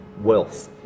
wealth